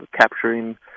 capturing